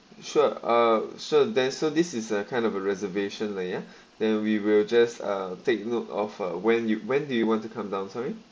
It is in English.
sure uh sure then sir this is a kind of a reservation lah ya then we will just uh take note of uh when you when do you want to come down sorry